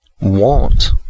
want